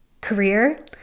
career